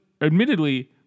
admittedly